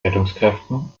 rettungskräften